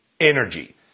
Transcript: Energy